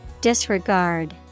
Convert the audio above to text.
Disregard